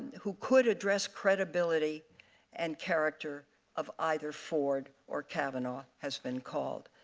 who could address credibility and character of either ford or kavanagh has been called.